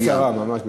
ממש בקצרה.